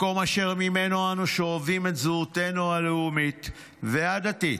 מקום אשר ממנו אנו שואבים את זהותנו הלאומית והדתית.